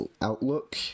outlook